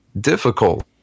difficult